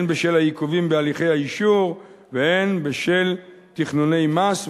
הן בשל העיכובים בהליכי האישור והן בשל תכנוני מס,